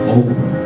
over